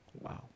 Wow